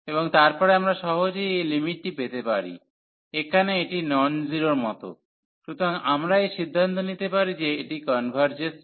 এবং তারপরে আমরা সহজেই এই লিমিটটি পেতে পারি এক্ষেত্রে এটি নন জিরোর মতো সুতরাং আমরা এই সিদ্ধান্ত নিতে পারি যে এটি কনভারর্জেস করে